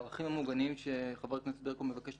הערכים המוגנים שחברת הכנסת ברקו מבקשת